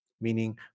meaning